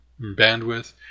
bandwidth